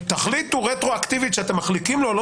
תחליטו רטרואקטיבית שאתם מחליקים לו או לא